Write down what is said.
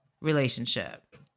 relationship